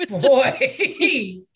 boy